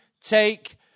take